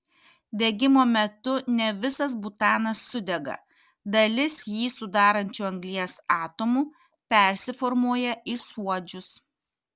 degimo metu ne visas butanas sudega dalis jį sudarančių anglies atomų persiformuoja į suodžius